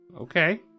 Okay